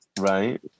right